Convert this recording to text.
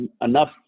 enough